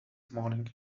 morning